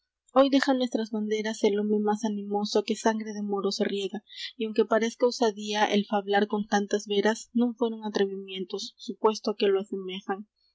hoy deja nuestras banderas el home más animoso que sangre de moros riega y aunque parezca osadía el fablar con tantas veras non fueron atrevimientos supuesto que lo asemejan los